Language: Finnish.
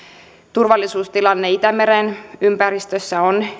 turvallisuustilanne itämeren ympäristössä on